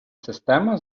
система